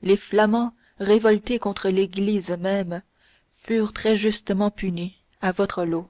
les flamands révoltés contre l'église même furent très justement punis à votre los